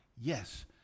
Yes